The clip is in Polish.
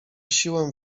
siłę